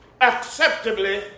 acceptably